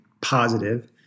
positive